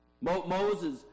Moses